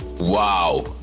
Wow